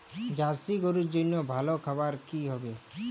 Jersey গরুর জন্য ভালো খাবার কি হবে?